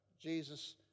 Jesus